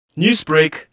Newsbreak